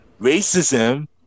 Racism